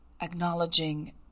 acknowledging